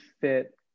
fit